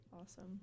Awesome